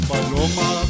Paloma